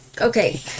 Okay